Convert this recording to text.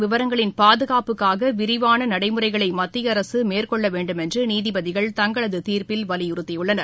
விவரங்களின் பாதுகாப்புக்காக விரிவான நடைமுறைகளை மத்திய ஆகார் அரசு மேற்கொள்ள வேண்டும் என்று நீதிபதிகள் தங்களது தீர்ப்பில் வலியுறுத்தியுள்ளனர்